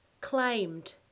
claimed